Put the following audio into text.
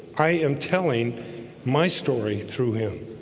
i am telling my story through him